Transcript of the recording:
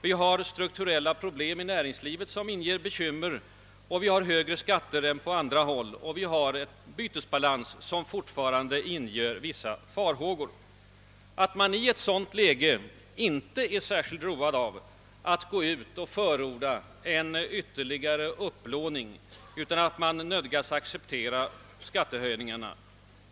Vi har strukturella problem i näringslivet som förorsakar bekymmer, högre skatter än i andra länder och en bytesbalans som inger farhågor. Det är naturligt att vi i ett sådant läge inte är särskilt roade av att förorda ytterligare statlig upplåning, utan nödgas acceptera skattehöjningar.